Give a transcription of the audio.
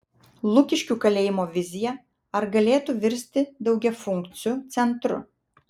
lukiškių kalėjimo vizija ar galėtų virsti daugiafunkciu centru